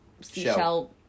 seashell